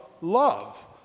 love